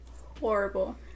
horrible